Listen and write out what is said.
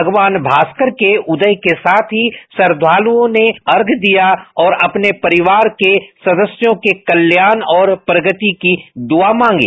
भगवान भास्कर के उदय के साथ ही श्रद्धालुओं ने अर्घ्य दिया और अपने परिवार के सदस्यों के कल्याण और प्रगति की दुआ मांगी